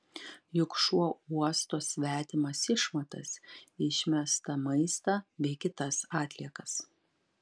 juk šuo uosto svetimas išmatas išmestą maistą bei kitas atliekas